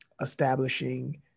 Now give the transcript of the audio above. establishing